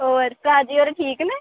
होर भ्राऽ जी होर ठीक न